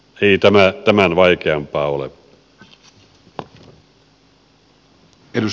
ei tämä tämän vaikeampaa ole